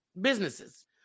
businesses